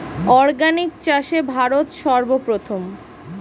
organic চাষে ভারত সর্বপ্রথম